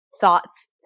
thoughts